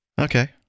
Okay